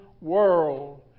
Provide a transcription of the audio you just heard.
world